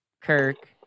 Kirk